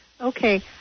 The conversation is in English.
Okay